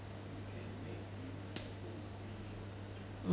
mm